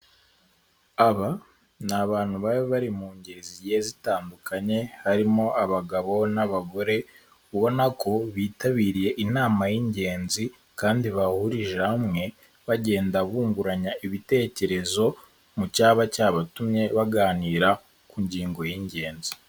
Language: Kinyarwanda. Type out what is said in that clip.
Aba ni abantu baba bari mu ngeri zitandukanye, harimo abagabo n'abagore ubona ko bitabiriye inama y'ingenzi kandi bahurije hamwe, bagenda bungurana ibitekerezo mu cyaba cyabatumye baganira ku ngingo y'ingenzi.